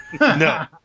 No